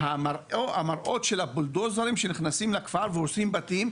המראות של הבולדוזרים שנכנסים לכפר והורסים בתים,